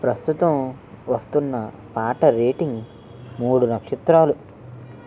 ప్రస్తుతం వస్తున్న పాట రేటింగ్ మూడు నక్షత్రాలు